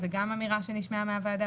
זאת גם אמירה שנשמעה מהוועדה,